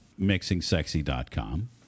MixingSexy.com